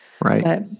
right